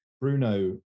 Bruno